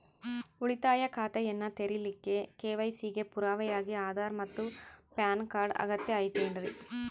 ಉಳಿತಾಯ ಖಾತೆಯನ್ನ ತೆರಿಲಿಕ್ಕೆ ಕೆ.ವೈ.ಸಿ ಗೆ ಪುರಾವೆಯಾಗಿ ಆಧಾರ್ ಮತ್ತು ಪ್ಯಾನ್ ಕಾರ್ಡ್ ಅಗತ್ಯ ಐತೇನ್ರಿ?